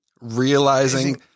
realizing